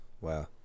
Wow